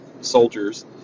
soldiers